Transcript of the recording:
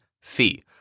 fee